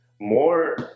more